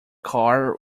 car